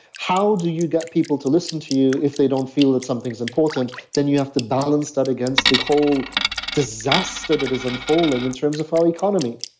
how do you get people to listen to you if they don't feel that something's important, then you have to balance that against the whole disaster that is unfolding in terms of our economy.